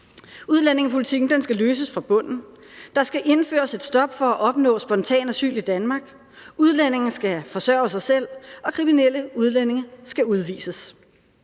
Udlændingepolitikken skal løses fra bunden, der skal indføres et stop for at opnå spontan asyl i Danmark, udlændinge skal forsørge sig selv, og kriminelle udlændinge skal udvises.